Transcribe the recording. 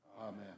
Amen